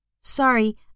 Sorry